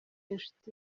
inshuti